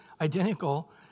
identical